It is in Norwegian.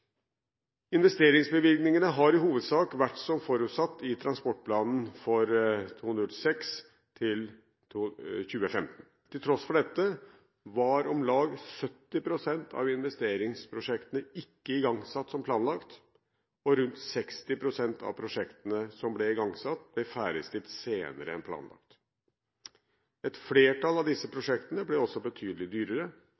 Investeringsbevilgningene har i hovedsak vært som forutsatt i transportplanen for 2006–2015. Til tross for dette var om lag 70 pst. av investeringsprosjektene ikke igangsatt som planlagt, og rundt 60 pst. av prosjektene som ble igangsatt, ble ferdigstilt senere enn planlagt. Et flertall av disse